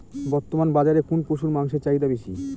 বর্তমান বাজারে কোন পশুর মাংসের চাহিদা বেশি?